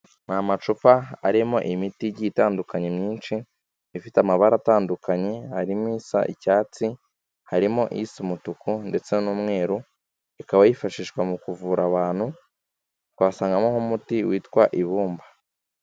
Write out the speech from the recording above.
Ni amacupa arimo imiti igiye itandukanye myinshi, ifite amabara atandukanye, harimo isa icyatsi, harimo isa umutuku ndetse n'umweru, ikaba yifashishwa mu kuvura abantu, twasangamo nk'umuti witwa ibumba.